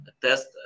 test